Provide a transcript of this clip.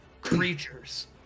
creatures